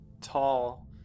tall